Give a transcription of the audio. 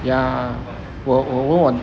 ya 我我问